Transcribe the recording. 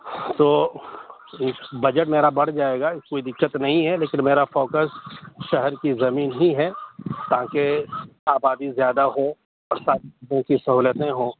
تو بجٹ میرا بڑھ جائے گا کوئی دقت نہیں ہے لیکن میرا فوکس شہر کی زمین ہی ہے تاکہ آبادی زیادہ ہو اور ساری قسم کی سہولتیں ہوں